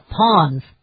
pawns